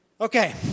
Okay